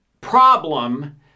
problem